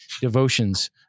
Devotions